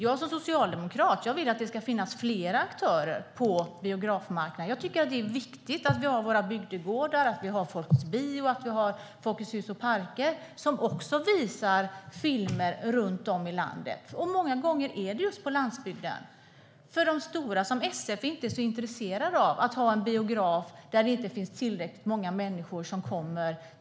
Jag som socialdemokrat vill att det ska finnas flera aktörer på biografmarknaden. Jag tycker att det är viktigt att vi har våra bygdegårdar, att vi har Folkets Bio, att vi har Folkets Hus och Parker, som också visar filmer runt om i landet, många gånger just på landsbygden. De stora, som SF, är inte så intresserade av att ha en biograf där det inte finns tillräckligt många människor som kommer.